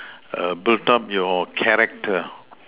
build up your character